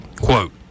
Quote